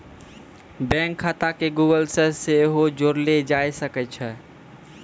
bank खाता के Google से सेहो जोड़लो जाय सकै छै